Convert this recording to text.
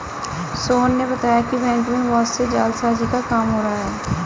सोहन ने बताया कि बैंक में बहुत से जालसाजी का काम हो रहा है